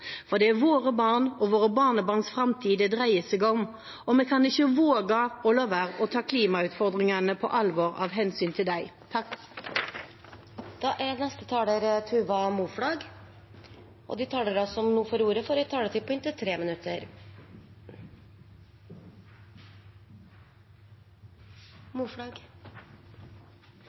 For det er våre barn og våre barnebarns framtid det dreier seg om, og av hensyn til dem kan vi ikke våge å la være å ta klimautfordringene på alvor. De talere som heretter får ordet, har en taletid på inntil